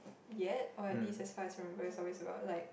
yet or at least as far as I remember it's always about like